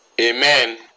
Amen